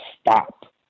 stop